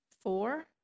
four